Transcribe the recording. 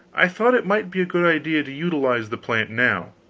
i thought it might be a good idea to utilize the plant now.